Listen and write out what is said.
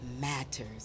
matters